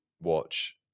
watch